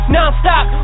Non-stop